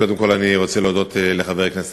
קודם כול אני רוצה להודות לחבר הכנסת